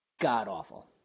god-awful